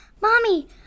Mommy